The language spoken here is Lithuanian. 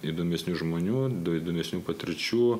įdomesnių žmonių du įdomesnių patirčių